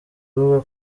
avuga